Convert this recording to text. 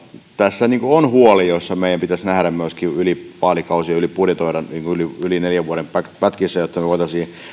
tässä on huoli joka meidän pitäisi nähdä myöskin yli vaalikausien budjetoida yli yli neljän vuoden pätkissä jotta me voisimme